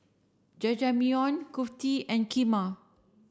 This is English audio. Jajangmyeon Kulfi and Kheema